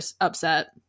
upset